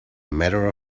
matter